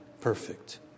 Perfect